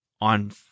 on